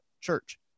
church